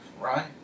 right